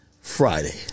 Friday